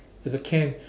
it's a can